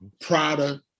Prada